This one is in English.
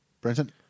Brenton